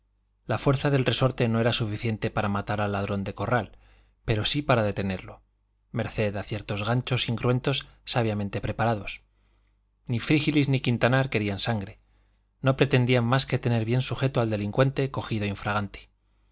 la fuerza del resorte no era suficiente para matar al ladrón de corral pero sí para detenerlo merced a ciertos ganchos incruentos sabiamente preparados ni frígilis ni quintanar querían sangre no pretendían más que tener bien sujeto al delincuente cogido infraganti